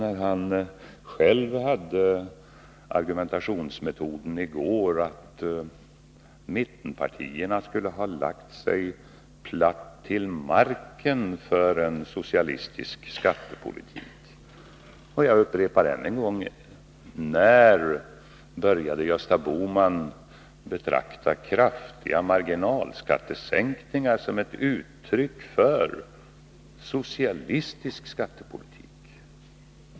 Han använde ju själv i går argumentet att mittenpartierna skulle ha lagt sig platt på marken för en socialistisk skattepolitik. Jag upprepar än en gång: När började Gösta Bohman betrakta kraftiga marginalskattesänkningar som ett uttryck för socialistisk skattepolitik?